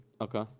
Okay